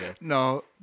No